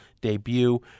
debut